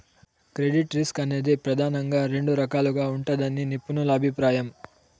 credit risk అనేది ప్రెదానంగా రెండు రకాలుగా ఉంటదని నిపుణుల అభిప్రాయం